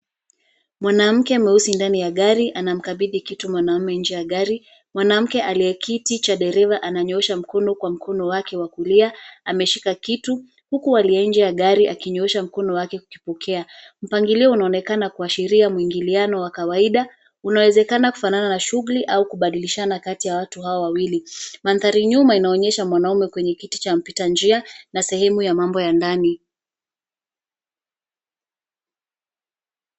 Mwanamke mweusi ndani ya gari anamkabidhi kitu mwanamume nje ya gari. Mwanamke aliye kiti cha dereva ananyoosha mkono kwa mkono wake wa kulia, ameshika kitu huku aliye nje ya gari akinyoosha mkono wake kukipokea. Mpangilio unaonekana kuashiria mwingiliano wa kawaida, unawezekana kufanana na shughuli au kubadilishana kati ya watu hao wawili. Mandhari nyuma inaonyesha mwanaume kwenye kiti cha mpita njia, na sehemu ya mambo ya ndani.